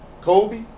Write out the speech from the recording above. Kobe